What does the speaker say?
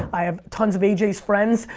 i have tons of aj's friends,